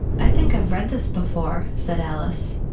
i think i've read this before said alice.